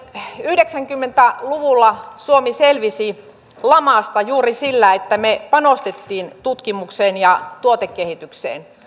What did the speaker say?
yhdeksänkymmentä luvulla suomi selvisi lamasta juuri sillä että me panostimme tutkimukseen ja tuotekehitykseen